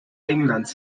englands